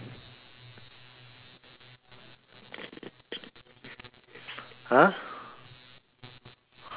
!huh!